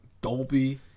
Dolby